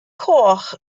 coch